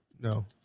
no